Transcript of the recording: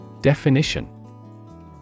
Definition